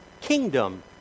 kingdom